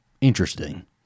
Interesting